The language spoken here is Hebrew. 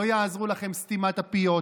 לא תעזור לך סתימת הפיות,